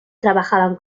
trabajaban